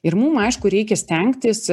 ir mum aišku reikia stengtis